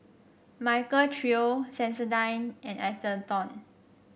Michael Trio Sensodyne and Atherton